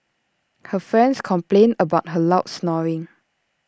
her friends complained about her loud snoring